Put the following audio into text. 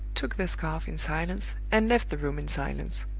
took the scarf in silence, and left the room in silence.